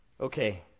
Okay